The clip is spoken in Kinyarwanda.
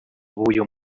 b’uyu